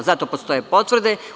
Zato postoje potvrde.